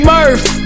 Murph